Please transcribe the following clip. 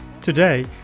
today